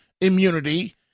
immunity